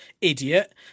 Idiot